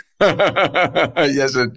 Yes